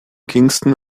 kingston